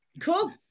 Cool